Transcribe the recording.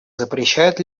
запрещает